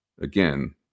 again